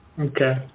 Okay